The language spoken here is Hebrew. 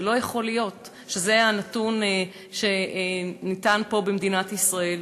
זה לא יכול להיות שזה הנתון שניתן פה במדינת ישראל.